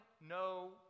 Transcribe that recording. no